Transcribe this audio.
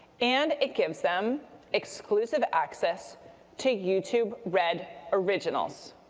and it gives them exclusive access to youtube red originals.